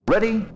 Ready